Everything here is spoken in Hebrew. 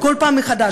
בביטחון כל פעם מחדש.